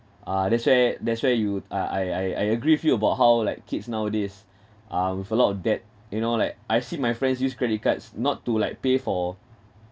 ah that's why that's why you ah I I I agree with you about how like kids nowadays uh with a lot of debt you know like I see my friends use credit cards not to like pay for